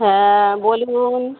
হ্যাঁ বলুন